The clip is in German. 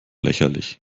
lächerlich